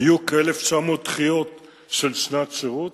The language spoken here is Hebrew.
היו כ-1,900 דחיות של שנת שירות,